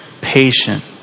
patient